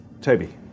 Toby